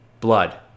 Blood